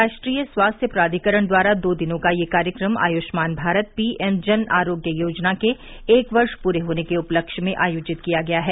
राष्ट्रीय स्वास्थ्य प्राधिकरण द्वारा दो दिनों का यह कार्यक्रम आयुष्मान भारत पीएम जन आरोग्य योजना के एक वर्ष पूरे होने के उपलक्ष्य में आयोजित किया गया है